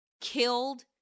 killed